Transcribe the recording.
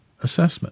assessment